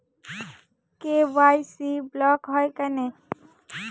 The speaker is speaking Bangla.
কে.ওয়াই.সি ব্লক হয় কেনে?